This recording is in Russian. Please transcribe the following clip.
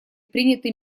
приняты